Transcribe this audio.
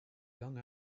young